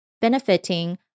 benefiting